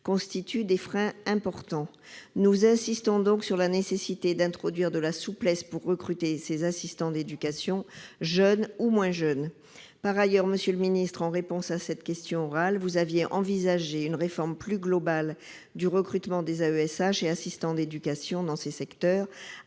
constituent des freins importants. Nous insistons donc sur la nécessité d'introduire de la souplesse pour recruter ces assistants d'éducation, jeunes ou moins jeunes. Par ailleurs, monsieur le ministre, en réponse à cette question orale, vous aviez envisagé une réforme plus globale du recrutement des AESH et assistants d'éducation dans ces secteurs,